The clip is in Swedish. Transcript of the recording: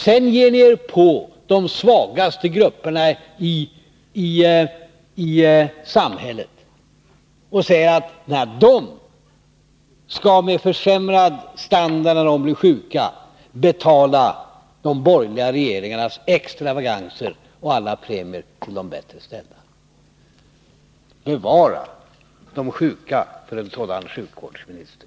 Sedan ger ni er på de svagaste grupperna i samhället och säger att de skall, med försämrad standard när de blir sjuka, betala de borgerliga regeringarnas extravaganser och alla premier till de bättre ställda. Bevara de sjuka för en sådan sjukvårdsminister!